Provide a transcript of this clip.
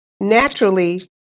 naturally